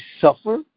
suffer